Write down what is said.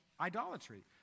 idolatry